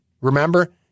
Remember